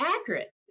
accurate